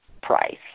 price